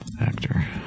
actor